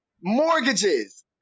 Mortgages